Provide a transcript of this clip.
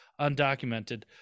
undocumented